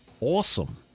awesome